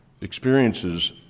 experiences